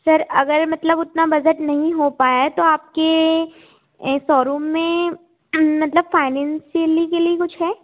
sir अगर मतलब उतना बजट नहीं हो पाया तो आपके सोरूम में मतलब फाइनैन्सियली के लिए कुछ है